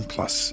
Plus